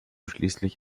schließlich